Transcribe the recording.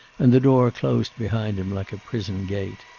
and the door closed behind him like a prison gate.